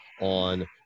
on